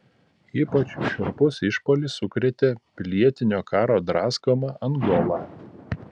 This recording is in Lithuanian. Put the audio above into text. ypač šiurpus išpuolis sukrėtė pilietinio karo draskomą angolą